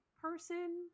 person